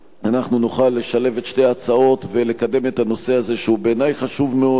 ואחד מהם הוא באמצעות העברה של תובענות להליכים של בוררות חובה,